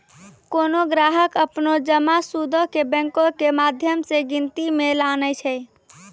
कोनो ग्राहक अपनो जमा सूदो के बैंको के माध्यम से गिनती मे लानै छै